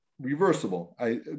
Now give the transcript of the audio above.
reversible